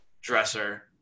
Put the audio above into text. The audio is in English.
dresser